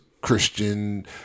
Christian